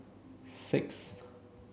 sixth